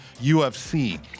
UFC